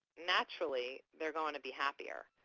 naturally, they are going to be happier.